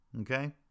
okay